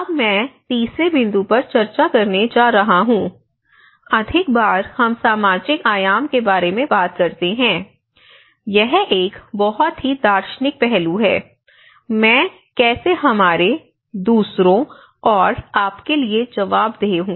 अब मैं तीसरे बिंदु पर चर्चा करने जा रहा हूं अधिक बार हम सामाजिक आयाम के बारे में बात करते हैं यह एक बहुत ही दार्शनिक पहलू है 'मैं' कैसे 'हमारे' 'दूसरों' और 'आपके' लिए जवाबदेह हूं